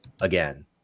again